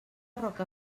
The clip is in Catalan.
roca